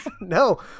no